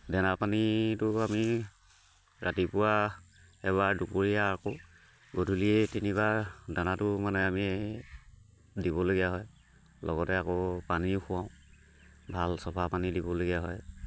দানা পানীটো আমি ৰাতিপুৱা এবাৰ দুপৰীয়া আকৌ গধূলি তিনিবাৰ দানাটো মানে আমি দিবলগীয়া হয় লগতে আকৌ পানীও খুৱাওঁ ভাল চাফা পানী দিবলগীয়া হয়